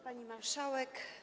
Pani Marszałek!